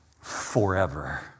forever